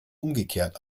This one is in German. umgekehrt